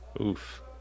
Oof